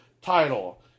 title